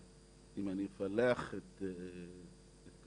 אם אני אפלח את כמות